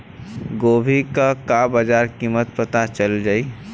गोभी का बाजार कीमत पता चल जाई?